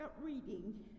reading